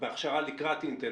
שבהכשרה לקראת אינטל,